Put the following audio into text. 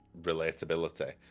relatability